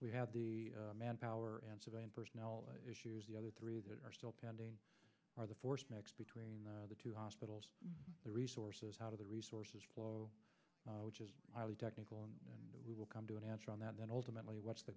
we have the manpower and civilian personnel issues the other three that are still pending are the force next between the two hospitals the resources out of the resources flow which is highly technical and we will come to an answer on that then ultimately what's the